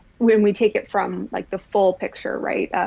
when we take it from like the full picture, right?